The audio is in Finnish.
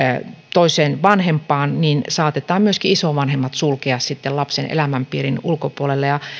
toiseen vanhempaan saatetaan myöskin isovanhemmat sulkea lapsen elämänpiirin ulkopuolelle